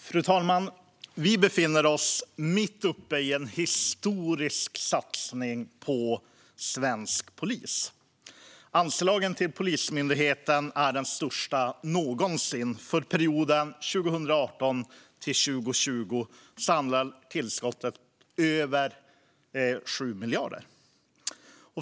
Fru talman! Vi befinner oss mitt uppe i en historisk satsning på svensk polis. Anslagen till Polismyndigheten är de största någonsin. För perioden 2018-2020 är tillskottet över 7 miljarder.